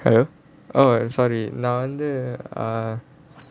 hello oh sorry நான் வந்து:naan vanthu err